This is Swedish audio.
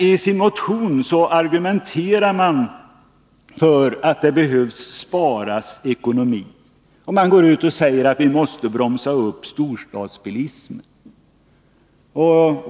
I sin motion argumenterar man för att vi behöver spara energi och bromsa storstadsbilismen.